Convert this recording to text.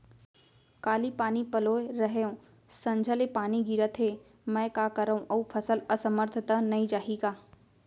काली पानी पलोय रहेंव, संझा ले पानी गिरत हे, मैं का करंव अऊ फसल असमर्थ त नई जाही?